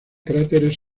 cráteres